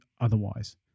otherwise